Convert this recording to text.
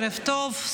ערב טוב,